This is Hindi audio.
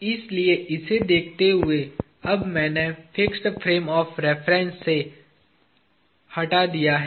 इसलिए इसे देखते हुए अब मैंने फिक्स्ड फ्रेम ऑफ़ रेफरेन्स से हटा दिया है